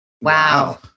Wow